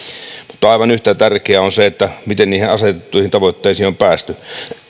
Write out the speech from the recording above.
mutta aivan yhtä tärkeää on se miten niihin asetettuihin tavoitteisiin on päästy